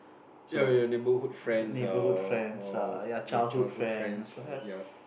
ya your neighbourhood friends ah or or your childhood friends err ya